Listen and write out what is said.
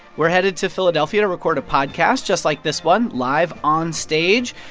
we're headed to philadelphia to record a podcast just like this one live onstage.